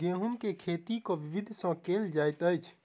गेंहूँ केँ खेती केँ विधि सँ केल जाइत अछि?